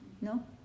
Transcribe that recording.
No